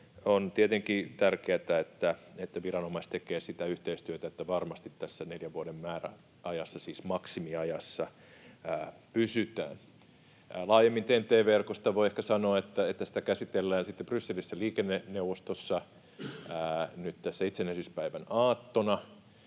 On tietenkin tärkeätä, että viranomaiset tekevät yhteistyötä, että varmasti tässä neljän vuoden määräajassa, siis maksimiajassa, pysytään. Laajemmin TEN-T-verkosta voi ehkä sanoa, että sitä käsitellään Brysselissä liikenneneuvostossa nyt tässä itsenäisyyspäivän aattona,